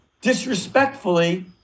disrespectfully